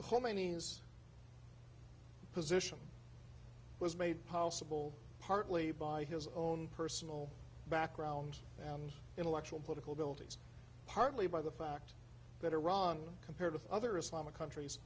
khomeini's position was made possible partly by his own personal background and intellectual political buildings partly by the fact that iran compared to other islamic countries